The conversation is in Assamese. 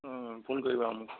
ফোন কৰিবা মোক